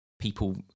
people